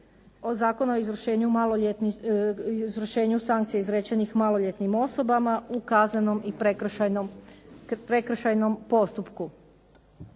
Zakona o izvršenju sankcija izrečenih maloljetnim osobama u kaznenom i prekršajnom postupku.